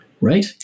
right